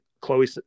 Chloe